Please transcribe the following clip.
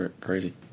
crazy